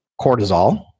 cortisol